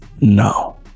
no